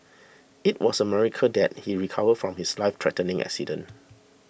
it was a miracle that he recovered from his life threatening accident